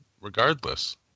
regardless